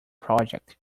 project